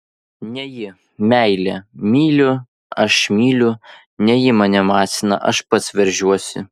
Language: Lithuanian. ne ji meilė myli aš myliu ne ji mane masina aš pats veržiuosi